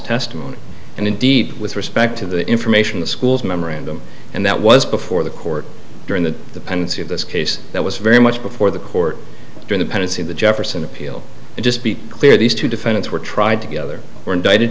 testimony and indeed with respect to the information the school's memorandum and that was before the court during the pendency of this case that was very much before the court during the pendency the jefferson appeal and just be clear these two defendants were tried together or indicted